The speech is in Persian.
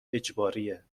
اجباریه